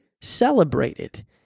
celebrated